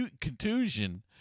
contusion